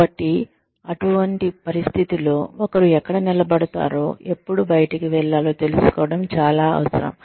కాబట్టి అటువంటి పరిస్థితిలో ఒకరు ఎక్కడ నిలబడతారో ఎప్పుడు బయటికి వెళ్లాలో తెలుసుకోవడం చాలా అవసరం